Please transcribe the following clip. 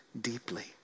deeply